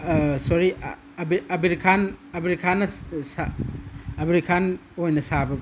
ꯁꯣꯔꯤ ꯑꯕꯤꯔ ꯈꯥꯟ ꯑꯕꯤꯔ ꯈꯥꯟꯅ ꯑꯕꯤꯔ ꯈꯥꯟ ꯑꯣꯏꯅ ꯁꯥꯕ